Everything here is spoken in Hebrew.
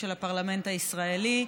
של הפרלמנט הישראלי,